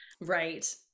Right